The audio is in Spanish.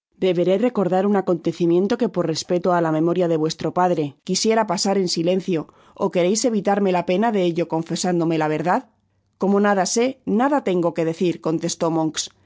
deberé recordar un acontecimiento que por respeto á la memoria de vuestro padre quisiera pasar en silencio ó quereis evitarme la pena de ello confesándome la verdad como nada sé nada tengo que decir i contestó monks